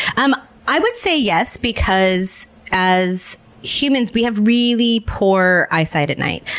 um i would say yes because as humans, we have really poor eyesight at night.